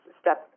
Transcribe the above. step